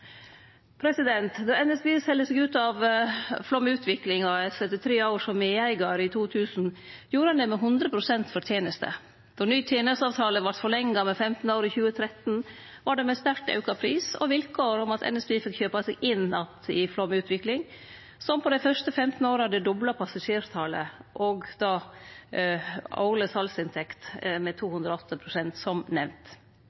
Då NSB selde seg ut av Flåm Utvikling AS i 2000 etter tre år som medeigar, gjorde ein det med 100 pst. forteneste. Då ny tenesteavtale vart forlenga med 15 år i 2013, var det med sterkt auka pris og vilkår om at NSB fekk kjøpe seg inn att i Flåm Utvikling, som på dei fyrste 15 åra hadde dobla passasjertalet og auka den årlege salsinntekta med